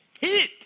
hit